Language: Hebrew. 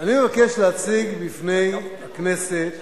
אני מבקש להציג בפני הכנסת